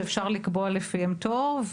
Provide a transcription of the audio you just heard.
שאפשר לקבוע לפיהם תור,